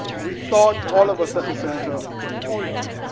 we thought, all of us at the center but hold on.